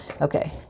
Okay